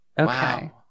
Okay